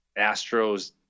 Astros